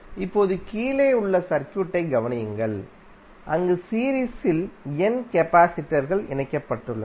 இப்போது கீழே உள்ள சர்க்யூட் ஐ கவனியுங்கள் அங்கு சீரீஸில் n கபாசிடர் கள் இணைக்கப்பட்டுள்ளன